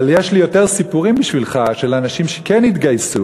אבל יש לי יותר סיפורים בשבילך של אנשים שכן התגייסו